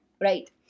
right